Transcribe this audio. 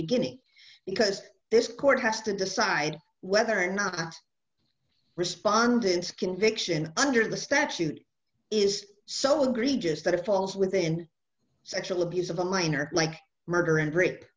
beginning because this court has to decide whether or not respondants conviction under the statute is so great just that it falls within sexual abuse of a minor like murder and rape